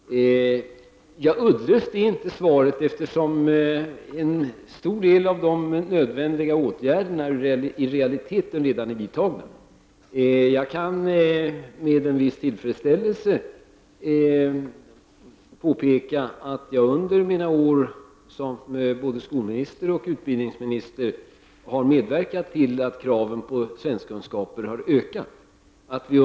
Herr talman! Uddlöst är inte svaret, eftersom en stor del av de nödvändiga åtgärderna i realiteten redan är vidtagna. Jag kan med en viss tillfredsställelse påpeka att jag under mina år både som skolminister och som utbildningsminister har medverkat till att kraven på kunskaper i svenska har ökats.